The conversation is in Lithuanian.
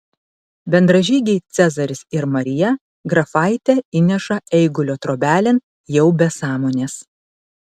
bendražygiai cezaris ir marija grafaitę įneša eigulio trobelėn jau be sąmonės